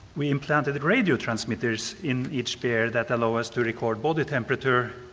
we implanted radio transmitters in each bear that allowed us to record body temperature,